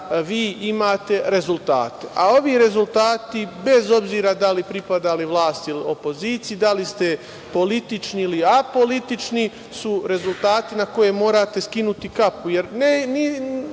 imate rezultate. Ovi rezultati, bez obzira da li pripadali vlasti ili opoziciji, da li ste politični ili apolitični, su rezultati na koje morate skinuti kapu.